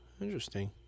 Interesting